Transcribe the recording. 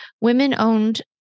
women-owned